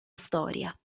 storia